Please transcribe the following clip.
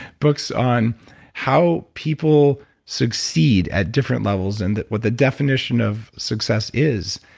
books on how people succeed at different levels, and what the definition of success is.